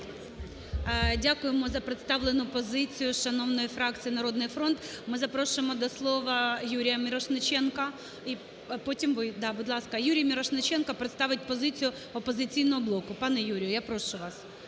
Дякуємо за представлену позицію шановної фракції "Народний фронт". Ми запрошуємо до слова Юрія Мірошниченка і потім ви. Да, будь ласка. Юрій Мірошниченко представить позицію "Опозиційного блоку". Пане Юрію, я прошу вас.